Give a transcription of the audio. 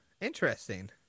interesting